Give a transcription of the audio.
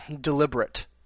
deliberate